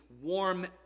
warm